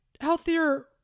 healthier